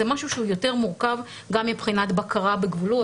זה משהו שהוא יותר מורכב גם מבחינת בקרה בגבולות,